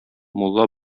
мулла